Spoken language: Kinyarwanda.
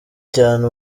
cyane